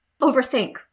overthink